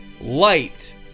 light